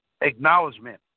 acknowledgement